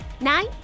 Nine